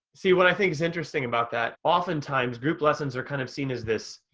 see what i think is interesting about that, often times, group lessons are kind of seen as this,